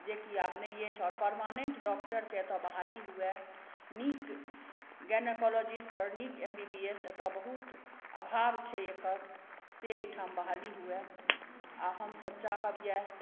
जे की आब नहि अछि आओर परमानेंट डॉक्टर के एतय बहाली हुए नीक गायनोकोलॉजिस्ट आओर नीक एम बी बी एस के एतय बहुत अभाव छै एकर से एहिठाम बहाली हुए आ हमसब चाहब इएह